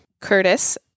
Curtis